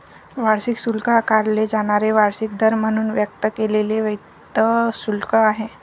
वार्षिक शुल्क आकारले जाणारे वार्षिक दर म्हणून व्यक्त केलेले वित्त शुल्क आहे